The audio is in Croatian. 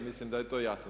Mislim da je to jasno.